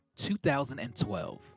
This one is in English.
2012